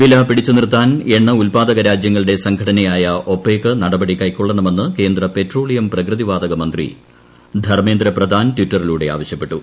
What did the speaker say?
വില പിടിച്ചു നിർത്താൻ എണ്ണ ഉദ്പാദക രാജ്യങ്ങളുടെ സംഘടനയായ ഒപെക് നടപടി കൈക്കൊള്ളണമെന്ന് കേന്ദ്ര പെട്രോളിയം പ്രകൃതി മന്ത്രി വാതക ടിറ്ററിലൂടെ ആവശ്യപ്പെട്ടു